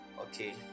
okay